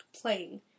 playing